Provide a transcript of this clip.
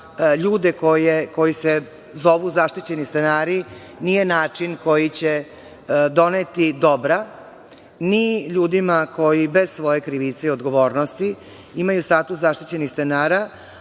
ljude koji se zovu zaštićeni stanari, nije način koji će doneti dobra, ni ljudima koji bez svoje krivice i odgovornosti imaju status zaštićenih stanara,